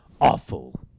awful